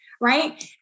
right